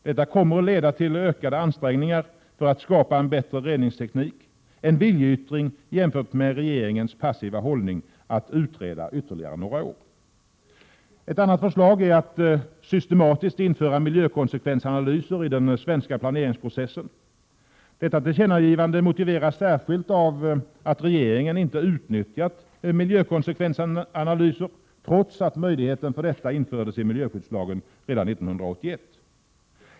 Detta kommer att leda till ökade ansträngningar för att skapa en bättre reningsteknik — en viljeyttring jämfört med regeringens passiva hållning att utreda ytterligare några år. Ett annat förslag är att systematiskt införa miljökonsekvensanalyser i den svenska planeringsprocessen. Detta tillkännagivande motiveras särskilt av att regeringen inte utnyttjat miljökonsekvensanalyser trots att möjligheten för detta infördes i miljöskyddslagen redan 1981.